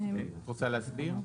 את רוצה להסביר?